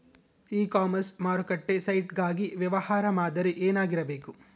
E commerce ಮಾರುಕಟ್ಟೆ site ಗಾಗಿ ವ್ಯವಹಾರ ಮಾದರಿ ಏನಾಗಿರಬೇಕು?